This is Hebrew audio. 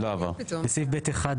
כל חברי הוועדה הצביעו.